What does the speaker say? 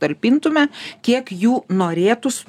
talpintume kiek jų norėtųs